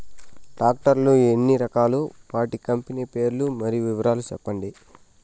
Tractor లు ఎన్ని రకాలు? వాటి కంపెని పేర్లు మరియు వివరాలు సెప్పండి?